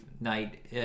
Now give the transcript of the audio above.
Night